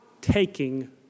Taking